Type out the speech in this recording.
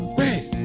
red